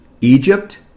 Egypt